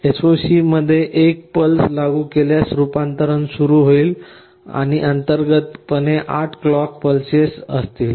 आपण SOC मध्ये एक पूल्स लागू केल्यास रूपांतरण सुरू होईल आणि अंतर्गतपणे 8 क्लॉक पल्सेस असतील